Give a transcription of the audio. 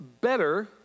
Better